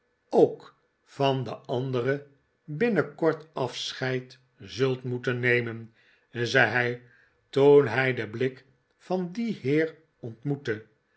ook van de andere binnenkort afscheid zult moeten nemen zei hij toen hij den blik van dien heer ontmoette